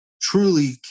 truly